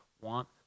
want